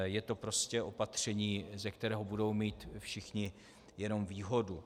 Je to prostě opatření, ze kterého budou mít všichni jenom výhodu.